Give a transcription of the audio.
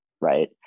right